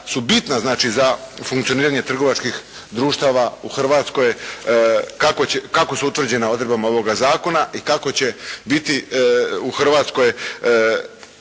su bitna znači za funkcioniranje trgovačkih društava u Hrvatskoj, kako su utvrđena odredbama ovoga zakona i kako će biti u Hrvatskoj